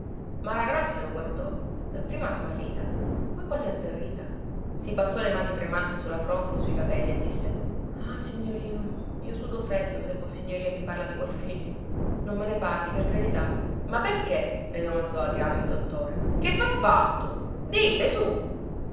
figlio maragrazia lo guardò dapprima smarrita poi quasi atterrita si passò le mani tremanti su la fronte e sui capelli e disse ah signorino io sudo freddo se vossignoria mi parla di quel figlio non me ne parli per carità ma perché le domandò adirato il dottore che vha fatto dite su